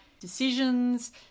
decisions